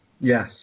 Yes